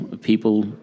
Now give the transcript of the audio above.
people